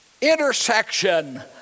intersection